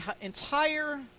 entire